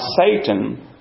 Satan